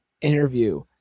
interview